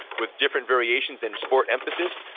with different variations in sport emphasis.